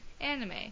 anime